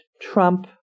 Trump